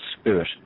spirit